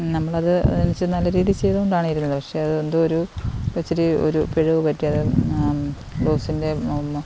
നമ്മളത് എന്നു വെച്ച നല്ല രീതിയിൽ ചെയ്തോണ്ടാണ് ഇരുന്നത് പക്ഷേ അത് എന്തോ ഒരു ഇച്ചിരി ഒരു പിഴവ് പറ്റി അത് ബ്ലൗസിൻ്റെ